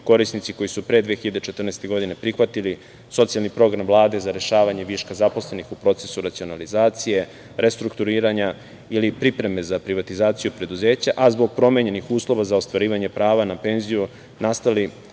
korisnici koji su pre 2014. godine prihvatili socijalni program Vlade za rešavanje viška zaposlenih u procesu racionalizacije, restrukturiranja ili pripreme za privatizaciju preduzeća, a zbog promenjenih uslova za ostvarivanje prava na penziju, nastali